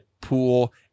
pool